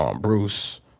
Bruce